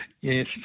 Yes